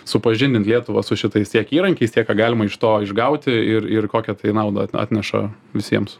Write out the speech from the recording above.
supažindint lietuvą su šitais tiek įrankiais tiek ką galima iš to išgauti ir ir kokią tai naudą atneša visiems